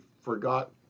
forgot